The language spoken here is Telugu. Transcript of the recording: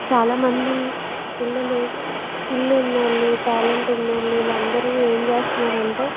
చాలామంది పిల్లలు స్కిల్ ఉన్నోళ్లు ట్యాలెంట్ ఉన్నోళ్లు వీళ్ళందరూ ఏం చేస్తున్నారంటే